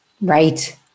Right